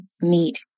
meet